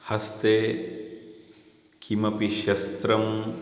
हस्ते किमपि शस्त्रम्